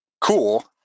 Cool